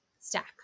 stack